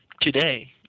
today